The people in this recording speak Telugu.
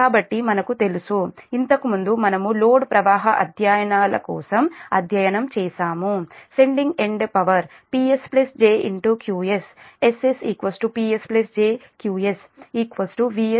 కాబట్టి మనకు తెలుసు ఇంతకుముందు మనము లోడ్ ప్రవాహ అధ్యయనాల కోసం అధ్యయనం చేసాము sending end power PS j QS SS PS j QS VS I